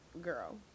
girl